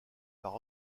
par